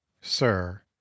sir